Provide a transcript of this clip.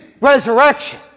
resurrection